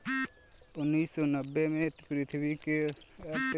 उन्नीस सौ नब्बे में पृथ्वी क तेरह प्रतिशत भाग खेती योग्य मानल जात रहल